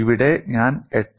ഇവിടെ ഞാൻ 8